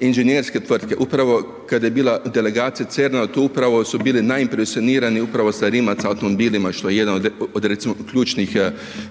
inženjerske tvrtke. Upravo kada je bila delegacija CERN-a tu upravo su bili naj impresionirani upravo sa Rimac automobilima što je jedan od recimo ključnih